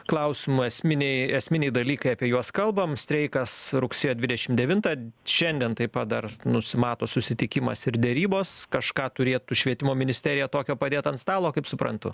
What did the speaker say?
klausimų esminiai esminiai dalykai apie juos kalbam streikas rugsėjo dvidešim devintą šiandien taip pat dar nusimato susitikimas ir derybos kažką turėtų švietimo ministerija tokio padėt ant stalo kaip suprantu